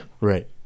Right